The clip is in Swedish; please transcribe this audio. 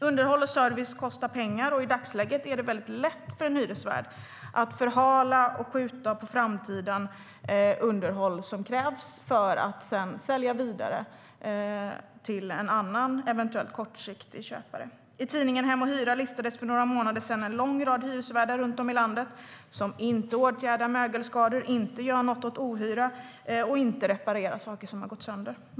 Underhåll och service kostar pengar, och i dagsläget är det väldigt lätt för en hyresvärd att förhala och skjuta underhåll som krävs på framtiden för att sedan sälja vidare till en annan eventuellt kortsiktig ägare. I tidningen Hem & Hyra listades för några månader sedan en lång rad hyresvärdar runt om i landet som inte åtgärdar mögelskador, inte gör något åt ohyra och inte reparerar saker som har gått sönder.